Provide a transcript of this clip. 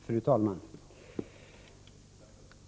Fru talman!